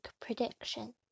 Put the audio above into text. predictions